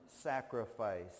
sacrifice